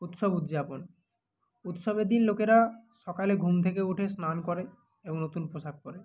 উৎসব উদযাপন উৎসবের দিন লোকেরা সকালে ঘুম থেকে ওঠে স্নান করে এবং নতুন পোশাক পরে